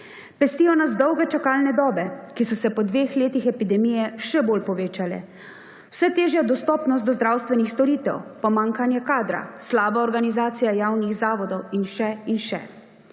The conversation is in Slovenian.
Pestijo nas dolge čakalne dobe, ki so se po dveh letih epidemije še bolj povečale. Vse težja dostopnost do zdravstvenih storitev, pomanjkanje kadra, slaba organizacija javnih zavodov in še in še.